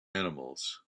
animals